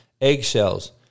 eggshells